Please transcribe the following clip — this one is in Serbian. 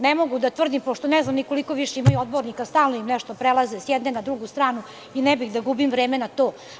Ne mogu da tvrdim, pošto ne znam koliko više ima odbornika, stalno nešto prelaze s jedne na drugu stranu i ne bih da gubim vreme na to.